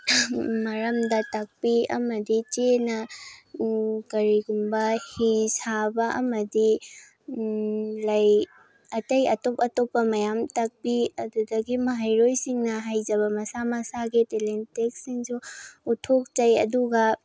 ꯃꯔꯝꯗ ꯇꯥꯛꯄꯤ ꯑꯃꯗꯤ ꯆꯦꯅ ꯀꯔꯤꯒꯨꯝꯕ ꯍꯤ ꯁꯥꯕ ꯑꯃꯗꯤ ꯂꯩ ꯑꯇꯩ ꯑꯇꯣꯞ ꯑꯇꯣꯞꯄ ꯃꯌꯥꯝ ꯇꯥꯛꯄꯤ ꯑꯗꯨꯗꯒꯤ ꯃꯍꯩꯔꯣꯏꯁꯤꯡꯅ ꯍꯩꯖꯕ ꯃꯁꯥ ꯃꯁꯥꯒꯤ ꯇꯦꯂꯦꯟꯇꯦꯠꯁꯤꯡꯁꯨ ꯎꯠꯊꯣꯛꯆꯩ ꯑꯗꯨꯒ